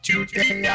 Today